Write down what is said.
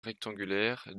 rectangulaire